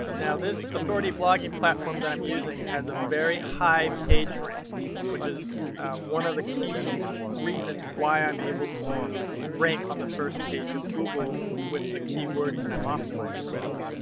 now this authority blogging platform that i'm using has a very high page rank which is one of the key reason why i'm able to rank on the first page of google with the keywords that i'm optimizing for.